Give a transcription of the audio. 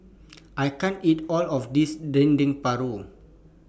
I can't eat All of This Dendeng Paru